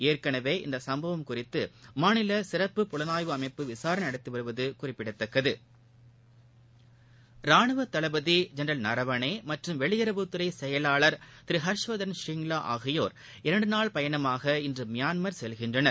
ஏற்கனவே இந்தசம்பவம் குறித்துமாநிலசிறப்பு புலனாய்வு அமைப்பு விசாரணைநடத்திவருவதுகுறிப்பிடத்தக்கது ராணுவத் தளபதிஜென்ரல் நரவானேமற்றும் வெளியுறவுத்துறைசெயலாளர் திருஹர்ஷ்வர்தன் ஷ்ரிங்லாஆகியோர் இரண்டுநாள் பயணமாக இன்றுமியான்மர் செல்கின்றனர்